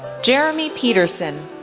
jeremy peterson,